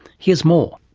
here's more.